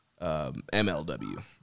MLW